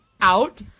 out